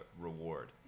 reward